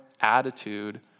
attitude